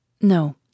No